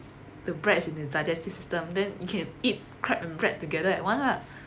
the bread is in the digestive system then you can eat crab and bread together at one lah